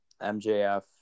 MJF